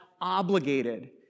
obligated